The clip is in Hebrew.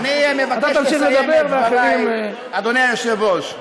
טוב, אני מבקש לסיים את דברי, אדוני היושב-ראש.